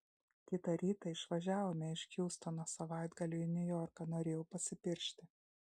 kitą rytą išvažiavome iš hjustono savaitgaliui į niujorką norėjau pasipiršti